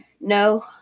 no